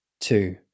Two